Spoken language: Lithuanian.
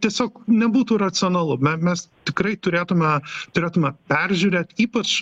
tiesiog nebūtų racionalu me mes tikrai turėtume turėtume peržiūrėt ypač